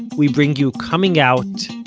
we bring you coming out,